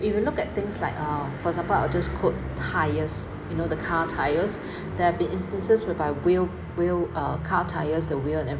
if you look at things like uh for example I'll just quote tyres you know the car tyres there have been instances whereby wheel wheel uh car tyres the wheel and every